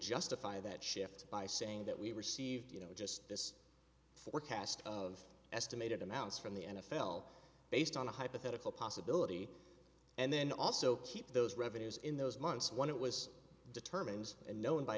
justify that shift by saying that we received you know just this forecast of estimated amounts from the n f l based on a hypothetical possibility and then also keep those revenues in those months when it was determined and known by